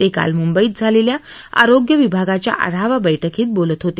ते काल मुंबईत झालेल्या आरोग्य विभागाच्या आढावा बैठकीत बोलत होते